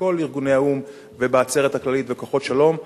בכל ארגוני האו"ם ובעצרת הכללית ובכוחות שלום,